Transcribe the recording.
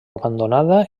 abandonada